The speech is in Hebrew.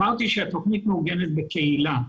אמרתי שהתוכנית מאורגנת בקהילה.